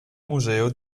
museo